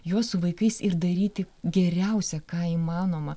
juo su vaikais ir daryti geriausia ką įmanoma